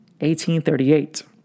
1838